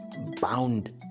bound